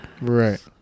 Right